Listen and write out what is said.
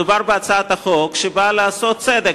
מדובר בהצעת החוק שבאה לעשות צדק.